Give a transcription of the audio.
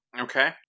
Okay